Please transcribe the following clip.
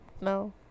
No